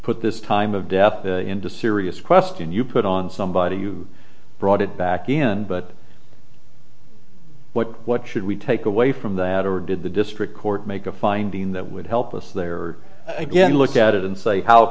put this time of death into serious question you put on somebody you brought it back in but what what should we take away from that or did the district court make a finding that would help us there or again look at it and say how